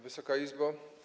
Wysoka Izbo!